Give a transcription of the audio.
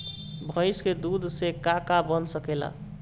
भइस के दूध से का का बन सकेला?